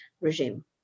regime